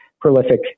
prolific